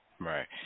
Right